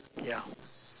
yeah